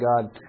God